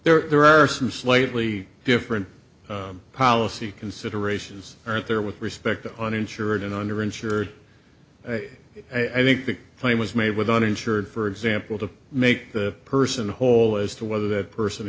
loss there are some slightly different policy considerations right there with respect to uninsured and under insured i think the claim was made with uninsured for example to make the person whole as to whether that person